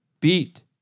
beat